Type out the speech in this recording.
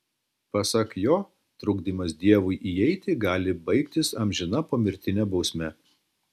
pasak jo trukdymas dievui įeiti gali baigtis amžina pomirtine bausme